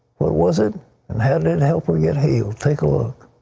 what was it and how did it help her get healed? take a look.